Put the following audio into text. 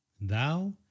thou